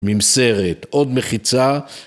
ממסרת עוד מחיצה